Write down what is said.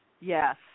Yes